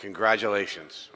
congratulations